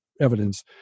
evidence